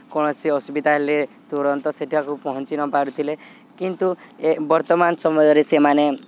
କୌଣସି ଅସୁବିଧା ହେଲେ ତୁରନ୍ତ ସେଠାକୁ ପହଞ୍ଚି ନ ପାରୁଥିଲେ କିନ୍ତୁ ଏ ବର୍ତ୍ତମାନ ସମୟରେ ସେମାନେ